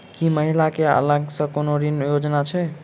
की महिला कऽ अलग सँ कोनो ऋण योजना छैक?